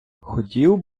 хотів